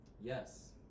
Yes